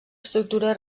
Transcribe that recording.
estructura